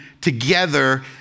together